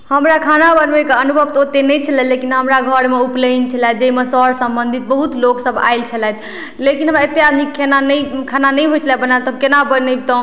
हमरा खाना बनबयके अनुभव तऽ ओते नहि छलै लेकिन हमरा घरमे उपनयन छलै जइमे सऽर सम्बन्धी बहुत लोक सब आयल छलथि लेकिन हमरा अते आदमीके खेनाइ नहि खाना नहि होइ छलै बनायल तऽ हम केना बनैबतहुँ